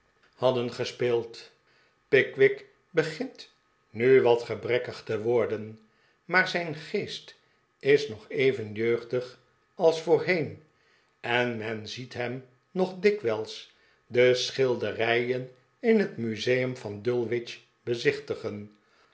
hadden tmm besluit gespeeld pickwick begint mi wat gebrekkig te worden maar zijn geest is nog even jeugdig als voorheen en men ziet hem nog dikwijls de schilderijen in het museum van dulwich bezichtigen